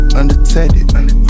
undetected